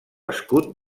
escut